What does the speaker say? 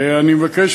אני מבקש,